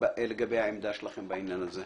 לגבי עמדתכם בעניין הזה.